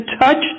touched